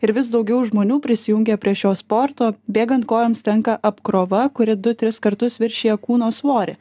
ir vis daugiau žmonių prisijungia prie šio sporto bėgant kojoms tenka apkrova kuri du tris kartus viršija kūno svorį